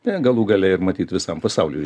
na galų gale ir matyt visam pasauliui